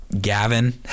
Gavin